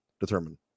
determine